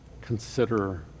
consider